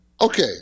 Okay